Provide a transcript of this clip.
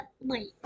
wait